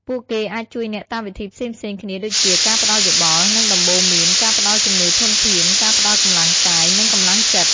ពួកគេអាចជួយអ្នកតាមវិធីផ្សេងៗគ្នាដូចជា ការផ្តល់យោបល់ និងដំបូន្មាន ការផ្តល់ជំនួយធនធាន ការផ្តល់កម្លាំងកាយ និងកម្លាំងចិត្ត។